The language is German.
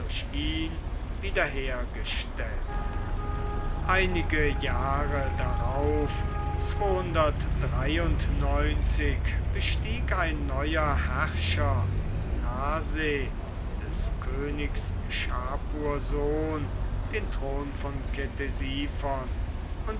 erwähnung tun einige jahre darauf bestieg ein neuer herrscher narseh des königs schapur sohn den thron von